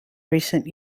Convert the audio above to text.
recent